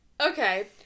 Okay